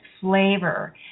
flavor